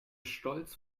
stolz